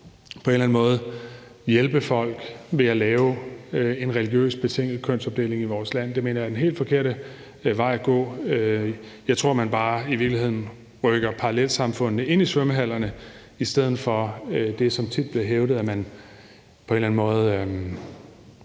på en eller anden måde skulle hjælpe folk ved at lave en religiøst betinget kønsopdeling i vores land. Det mener jeg er den helt forkerte vej at gå. Jeg tror, at man i virkeligheden bare rykker parallelsamfundene ind i svømmehallerne i stedet for det, som tit bliver hævdet, nemlig at man på en eller anden måde